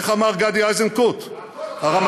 איך אמר גדי איזנקוט, הרמטכ"ל?